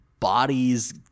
bodies